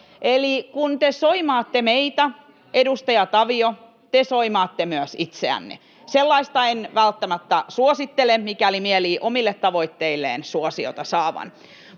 Eli kun te soimaatte meitä, edustaja Tavio, te soimaatte myös itseänne. Sellaista en välttämättä suosittele, mikäli mielii omille tavoitteilleen suosiota saavan.